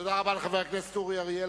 תודה רבה לחבר הכנסת אורי אריאל,